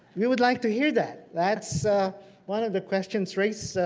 we would like to hear that. that's so one of the questions raised.